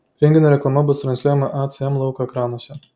renginio reklama bus transliuojama acm lauko ekranuose